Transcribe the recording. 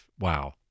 wow